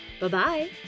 Bye-bye